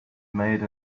made